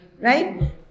right